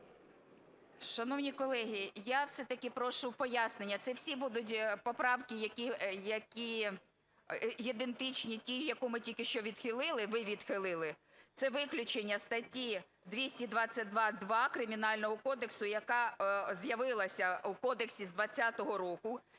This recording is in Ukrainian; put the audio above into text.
Шановні колеги, я все-таки прошу пояснення. Це всі будуть поправки, які ідентичні тій, яку ми тільки що відхилили, ви відхилили. Це виключення статті 222-2 Кримінального кодексу, яка з'явилася в кодексі з 20-го року.